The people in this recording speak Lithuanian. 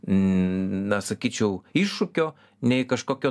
na sakyčiau iššūkio nei kažkokio